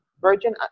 Virgin